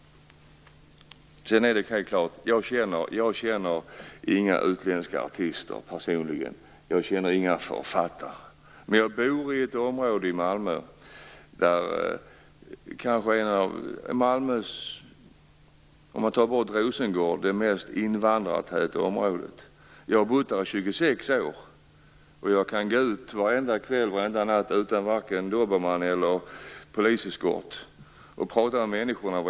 Jag känner personligen inga utländska artister och författare, men jag bor i ett område som efter Rosengård är det mest invandrartäta i Malmö. Jag har bott där i 26 år, och jag kan varenda kväll och natt gå ut utan vare sig dobermannpinscher eller poliseskort, och jag pratar varenda dag med människorna där.